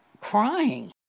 crying